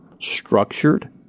structured